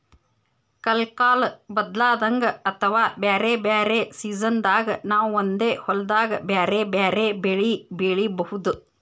ಕಲ್ಕಾಲ್ ಬದ್ಲಾದಂಗ್ ಅಥವಾ ಬ್ಯಾರೆ ಬ್ಯಾರೆ ಸಿಜನ್ದಾಗ್ ನಾವ್ ಒಂದೇ ಹೊಲ್ದಾಗ್ ಬ್ಯಾರೆ ಬ್ಯಾರೆ ಬೆಳಿ ಬೆಳಿಬಹುದ್